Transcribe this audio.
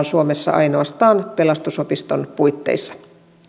suomessa ainoastaan pelastusopiston puitteissa